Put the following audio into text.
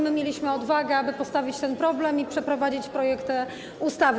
My mieliśmy odwagę, aby postawić ten problem i przeprowadzić projekt ustawy.